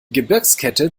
gebirgskette